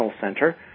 center